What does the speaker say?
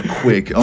quick